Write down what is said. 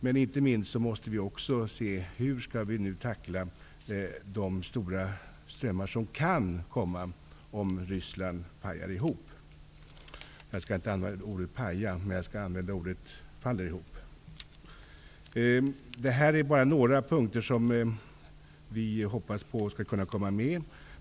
Men inte minst måste vi ta ställning till hur vi skall tackla den stora ström av flyktingar som kan komma om Ryssland faller ihop. Detta är bara några av de punkter som vi hoppas skall komma med.